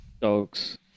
Dogs